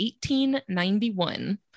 1891